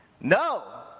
No